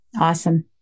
awesome